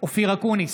אופיר אקוניס,